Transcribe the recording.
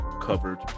covered